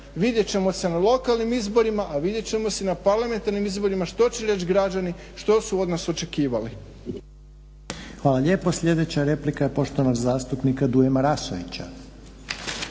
Vidjet ćemo se na lokalnim izborima, a vidjet ćemo se na parlamentarnim izborima što će reći građani što su od nas očekivali. **Reiner, Željko (HDZ)** Hvala lijepo. Sljedeća replika je poštovanog zastupnika Dujomira Marasovića.